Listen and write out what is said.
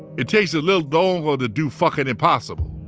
it takes a little longer to do fucking impossible.